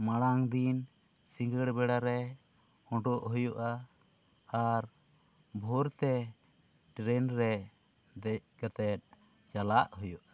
ᱢᱟᱲᱟᱝ ᱫᱤᱱ ᱥᱤᱸᱜᱟᱹᱲ ᱵᱮᱲᱟᱨᱮ ᱩᱰᱳᱜ ᱦᱩᱭᱩᱜᱼᱟ ᱟᱨ ᱵᱷᱳᱨᱛᱮ ᱴᱨᱮᱱ ᱨᱮ ᱫᱮᱡᱠᱟᱛᱮᱫ ᱪᱟᱞᱟᱜ ᱦᱩᱭᱩᱜᱼᱟ